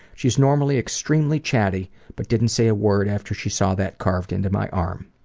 she's normally extremely chatty but didn't say a word after she saw that carved into my arm.